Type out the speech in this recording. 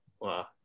Wow